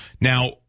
now